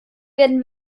werden